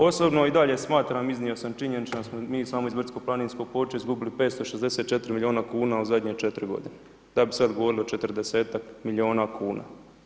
Osobno i dalje smatram iznio sam činjenično da smo mi samo iz brdsko-planinskog područja izgubili 564 miliona kuna u zadnje 4 godine, da bi sad govorili o 40 miliona kuna.